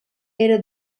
era